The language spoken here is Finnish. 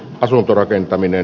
asuntorakentaminen